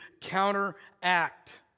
counteract